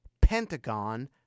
Pentagon